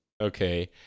Okay